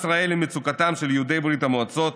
ישראל למצוקתם של יהודי ברית המועצות